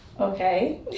Okay